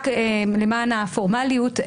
רק למען הפורמליות,